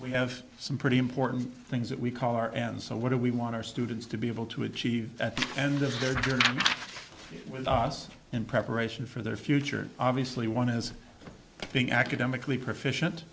we have some pretty important things that we call our and so what do we want our students to be able to achieve at the end of their journey with us in preparation for their future obviously one is being academically proficient